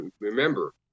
Remember